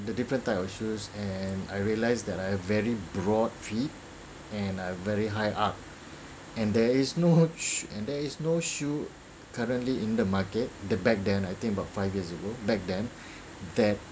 the different type of shoes and I realised that I have very broad feet and I very high arc and there is no sh~ and there is no shoe currently in the market the back then I think about five years ago back then that